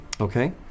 okay